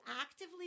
actively